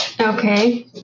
okay